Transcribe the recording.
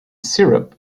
syrup